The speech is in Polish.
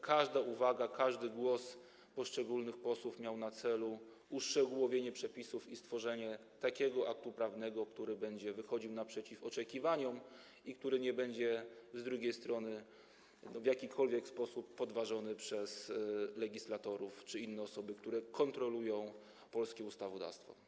Każda uwaga i głosy poszczególnych osób miały na celu uszczegółowienie przepisów i stworzenie takiego aktu prawnego, który będzie wychodził naprzeciw oczekiwaniom i który nie będzie z drugiej strony w jakikolwiek sposób podważony przez legislatorów czy inne osoby, które kontrolują polskie ustawodawstwo.